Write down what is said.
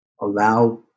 allow